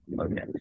okay